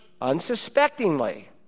unsuspectingly